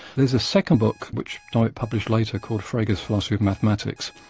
there's a second book which dummett published later called frege's philosophy of mathematics,